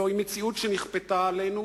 זוהי מציאות שנכפתה עלינו,